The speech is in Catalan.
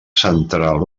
central